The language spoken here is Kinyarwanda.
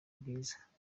bwiza